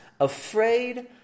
afraid